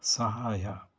ಸಹಾಯ